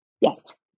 Yes